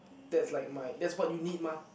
that's like my that's what you need mah